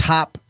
Top